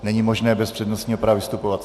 Není možné bez přednostního práva vystupovat.